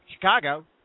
Chicago